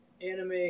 anime